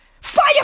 Fire